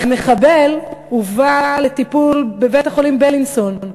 המחבל הובא לטיפול בבית-החולים בילינסון,